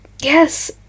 yes